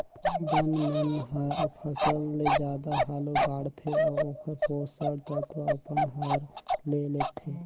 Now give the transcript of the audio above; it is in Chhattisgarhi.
बन मन हर फसल ले जादा हालू बाड़थे अउ ओखर पोषण तत्व अपन हर ले लेथे